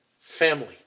family